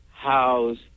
house